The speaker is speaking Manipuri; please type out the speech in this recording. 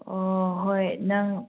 ꯑꯣ ꯍꯣꯏ ꯅꯪ